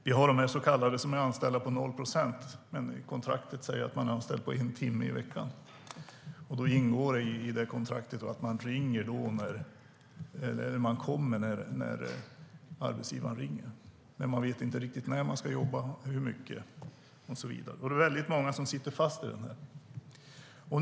Vissa är anställda på 0 procent. Kontraktet säger att man är anställd en timme i veckan. Då ingår i kontraktet att man kommer när arbetsgivaren ringer. Man vet inte riktigt när man ska jobba, hur mycket och så vidare. Det är väldigt många som sitter fast i detta.